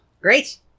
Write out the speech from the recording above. Great